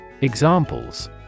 Examples